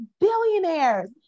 billionaires